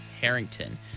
Harrington